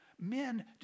Men